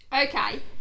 okay